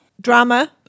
Drama